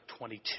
22